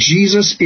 Jesus